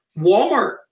Walmart